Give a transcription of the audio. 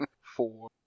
Four